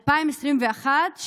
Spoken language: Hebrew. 2021,